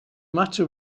matter